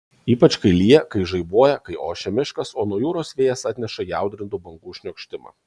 ypač kai lyja kai žaibuoja kai ošia miškas o nuo jūros vėjas atneša įaudrintų bangų šniokštimą